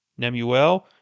Nemuel